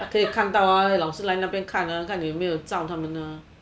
他可以看到啊老师来那边看啊